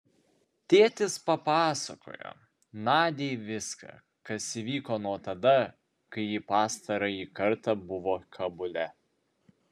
tėtis papasakojo nadiai viską kas įvyko nuo tada kai ji pastarąjį kartą buvo kabule